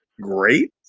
great